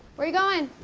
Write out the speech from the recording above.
where you going?